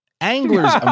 anglers